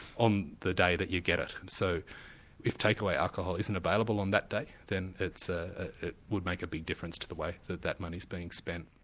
on the day that you get it. so if takeaway alcohol isn't available on that day, then ah it would make a big difference to the way that that money's being spent.